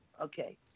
Okay